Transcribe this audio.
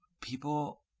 people